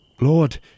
Lord